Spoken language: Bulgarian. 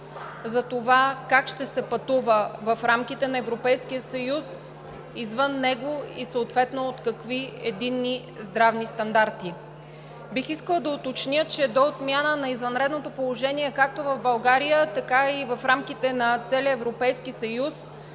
за това как ще се пътува в рамките на Европейския съюз, извън него и съответно от какви единни здравни стандарти. Бих искала да уточня, че до отмяна на извънредното положение както в България, така и в рамките на целия Европейски съюз